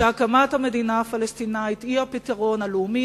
שהקמת המדינה הפלסטינית היא הפתרון הלאומי,